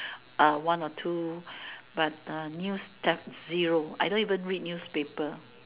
uh one or two but uh news deaf zero I don't even read newspaper